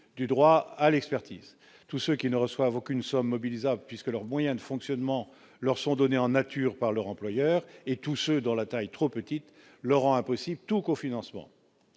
du droit à l'expertise, tous ceux qui ne reçoivent aucune somme mobilisables puisque leurs moyens de fonctionnement leur sont donnés en nature par leur employeur et tous ceux dont la taille trop petite Laurent impossible tout cofinancement,